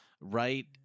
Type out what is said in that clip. right